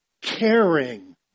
Caring